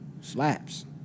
Slaps